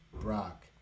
Brock